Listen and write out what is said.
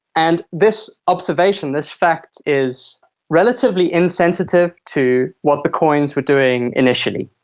and this observation, this fact is relatively insensitive to what the coins were doing initially.